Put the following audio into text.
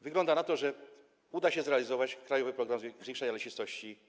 Wygląda na to, że uda się zrealizować „Krajowy program zwiększania lesistości”